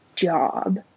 job